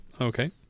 okay